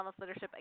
Leadership